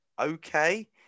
okay